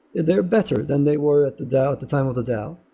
they're better than they were at the dao, at the time of the dao.